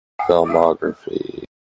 Filmography